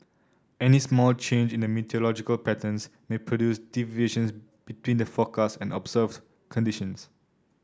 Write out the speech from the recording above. any small change in the meteorological patterns may produce deviations between the forecast and observes conditions